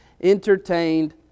Entertained